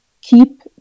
keep